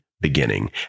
beginning